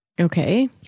Okay